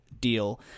deal